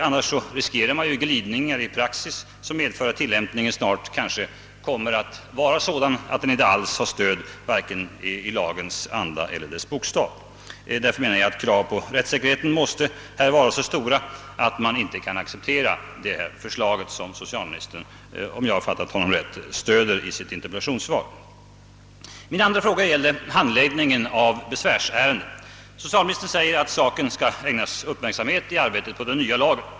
Annars riskerar man 'glidningar i praxis som medför att tillämpningen snart kanske kommer: att "vara sådan att den inte alls har stöd vare sig i lagens anda eller i dess bokstav. Därför menar jag att rättssäkerhetens krav måste vara så stora att man inte kan acceptera det förslag som socialministern — om jag har fattat honom rätt — stöder i sitt interpellationssvar. Min andra fråga gäller handläggningen av besvärsärenden. Socialministern säger att saken skall ägnas uppmärksamhet i arbetet på den nya lagen.